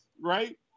right